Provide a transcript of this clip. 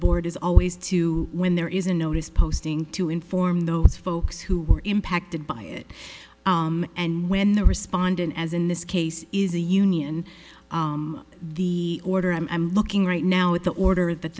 board is always to when there is a notice posting to inform those folks who were impacted by it and when the respondent as in this case is a union the order i'm looking right now at the order th